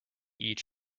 each